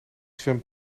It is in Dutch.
zwem